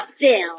Bill